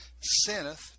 sinneth